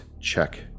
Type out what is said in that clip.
check